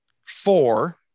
four